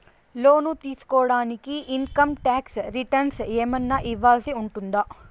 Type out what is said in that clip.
లోను తీసుకోడానికి income tax returns ఏమన్నా ఇవ్వాల్సి ఉంటుందా